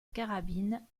carabine